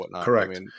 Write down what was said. correct